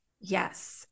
Yes